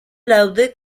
laude